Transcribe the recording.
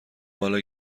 بالا